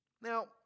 Now